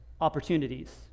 opportunities